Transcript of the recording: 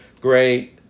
great